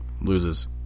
loses